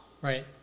Right